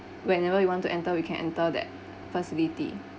whenever we want to enter we can enter that facility